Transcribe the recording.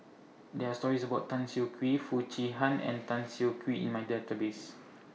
There Are stories about Tan Siah Kwee Foo Chee Han and Tan Siah Kwee in My Database